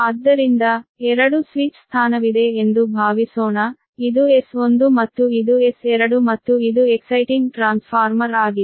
ಆದ್ದರಿಂದ ಎರಡು ಸ್ವಿಚ್ ಸ್ಥಾನವಿದೆ ಎಂದು ಭಾವಿಸೋಣ ಇದು S1 ಮತ್ತು ಇದು S2 ಮತ್ತು ಇದು ಎಕ್ಸೈಟಿಂಗ್ ಟ್ರಾನ್ಸ್ಫಾರ್ಮರ್ ಆಗಿದೆ